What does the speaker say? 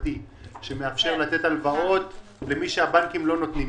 החברתי שמאפשר לתת הלוואת למי שהבנקים לא נותנים.